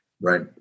right